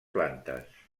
plantes